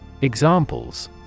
Examples